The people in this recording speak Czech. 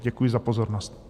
Děkuji za pozornost.